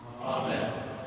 Amen